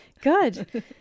Good